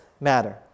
matter